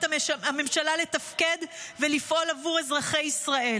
הממשלה לתפקד ולפעול בעבור אזרחי ישראל.